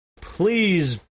Please